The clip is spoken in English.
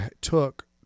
took